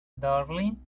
darling